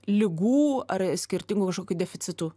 ligų ar skirtingų kažkokių deficitų